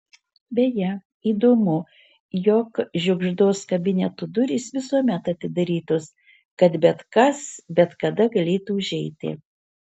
beje įdomu jog žiugždos kabineto durys visuomet atidarytos kad bet kas bet kada galėtų užeiti